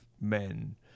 men